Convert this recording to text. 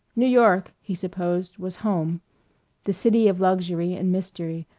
new york, he supposed, was home the city of luxury and mystery,